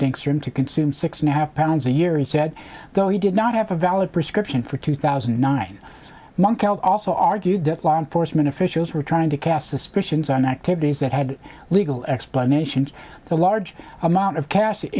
him to consume six and a half pounds a year he said though he did not have a valid prescription for two thousand and nine also argued that law enforcement officials were trying to cast suspicions on activities that had legal explanations the large amount of cash